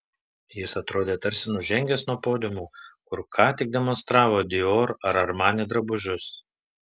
jis atrodė tarsi nužengęs nuo podiumo kur ką tik demonstravo dior ar armani drabužius